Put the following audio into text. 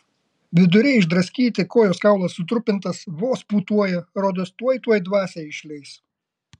viduriai išdraskyti kojos kaulas sutrupintas vos pūtuoja rodos tuoj tuoj dvasią išleis